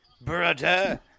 brother